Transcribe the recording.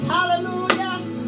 Hallelujah